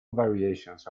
variations